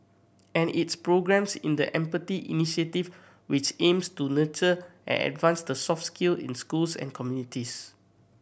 and its programmes in the Empathy Initiative which aims to nurture and advance the soft skill in schools and communities